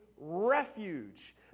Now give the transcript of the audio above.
refuge